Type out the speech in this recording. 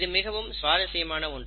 இது மிகவும் சுவாரசியமான ஒன்று